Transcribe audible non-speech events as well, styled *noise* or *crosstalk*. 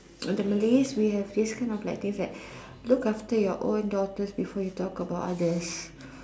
the Malays we have this kind of this like *breath* look after your own daughter before you talk about others *noise*